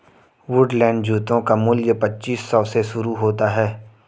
Woodland जूतों का मूल्य पच्चीस सौ से शुरू होता है